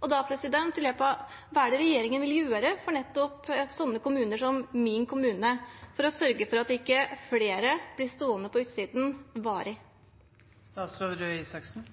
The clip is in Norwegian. Da lurer jeg på: Hva er det regjeringen vil gjøre for nettopp sånne kommuner som min kommune for å sørge for at ikke flere blir stående varig på utsiden?